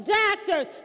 doctors